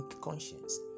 conscience